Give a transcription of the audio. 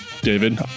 David